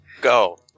Go